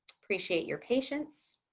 appreciate your patience.